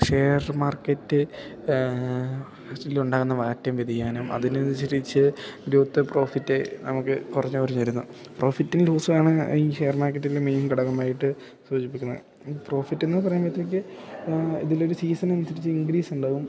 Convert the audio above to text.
share market സിലുണ്ടാകുന്ന മാറ്റം വ്യതിയാനം അതിനനുസരിച്ച് ഗ്രോത്ത് പ്രോഫിറ്റ് നമുക്ക് കുറഞ്ഞ് കുറഞ്ഞ് വരുന്നു പ്രോഫിറ്റും ലോസുമാണ് ഈ ഷെയർ മാർക്കറ്റിൽ മെയിൻ ഘടകമായിട്ട് സൂചിപ്പിക്കുന്ന ഈ പ്രോഫിറ്റെന്നു പറയുമ്പോഴത്തേക്ക് ആ ഇതിലൊരു സീസണനുസരിച്ച് ഇൻക്രീസുണ്ടാകും